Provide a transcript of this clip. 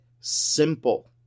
simple